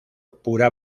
pura